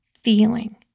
feeling